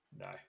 no